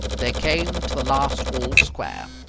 they came to the last all square.